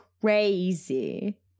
crazy